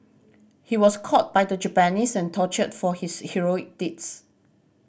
he was caught by the Japanese and tortured for his heroic deeds